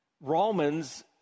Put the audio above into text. Romans